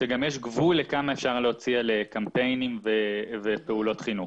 ויש גבול לכמה אפשר להוציא על קמפיינים ופעולות חינוך.